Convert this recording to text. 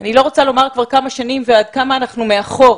אני לא רוצה לומר כמה שנים ועד כמה שאנחנו מאחור.